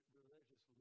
religious